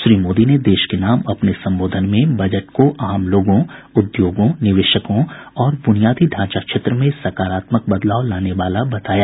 श्री मोदी ने देश के नाम अपने संबोधन में बजट को आम लोगों उद्योगों निवेशकों और बुनियादी ढांचा क्षेत्र में सकारात्मक बदलाव लाने वाला बताया